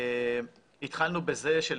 כדי